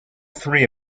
three